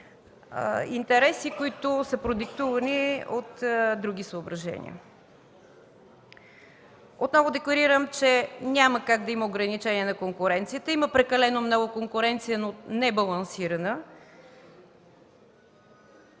интереси, които са продиктувани от други съображения. Отново декларирам, че няма как да има ограничение на конкуренцията – има прекалено много конкуренция, но небалансирана.